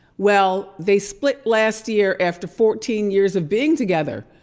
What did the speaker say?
well, they split last year after fourteen years of being together!